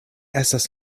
estas